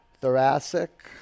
Thoracic